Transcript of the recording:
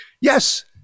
yes